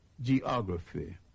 geography